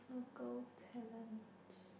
local talent